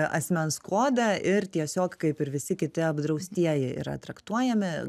asmens kodą ir tiesiog kaip ir visi kiti apdraustieji yra traktuojami